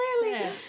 clearly